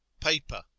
Paper